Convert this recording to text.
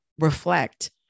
reflect